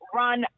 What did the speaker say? run